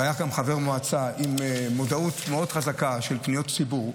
הוא היה גם חבר מועצה עם מודעות מאוד חזקה של פניות ציבור.